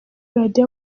radio